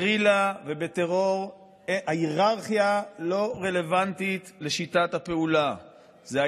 הרי ההערכה הזאת היא